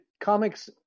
comics